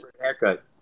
haircut